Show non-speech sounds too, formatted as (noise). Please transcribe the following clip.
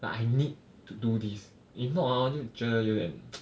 like I need to do this if not hor 就觉得有点 (noise)